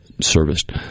serviced